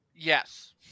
yes